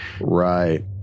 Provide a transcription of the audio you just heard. Right